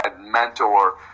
mentor